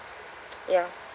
ya